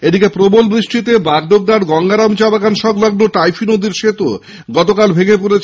এদিকে প্রবল বৃষ্টিতে বাগডোগরার গঙ্গারাম চা বাগান সংলগ্ন টাইফু নদীর সেতু গতকাল ভেঙে পড়ে